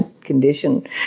condition